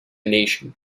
nation